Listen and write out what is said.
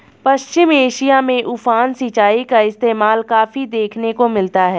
पश्चिम Asia में उफान सिंचाई का इस्तेमाल काफी देखने को मिलता है